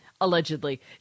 allegedly